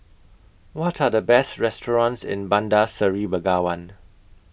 What Are The Best restaurants in Bandar Seri Begawan